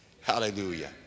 Hallelujah